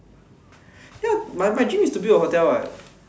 ya my my dream is to built a hotel [what]